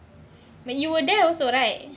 when you were there also right